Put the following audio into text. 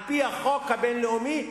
על-פי החוק הבין-לאומי,